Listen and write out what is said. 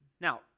Now